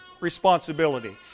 responsibility